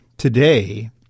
today